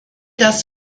das